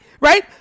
right